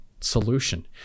solution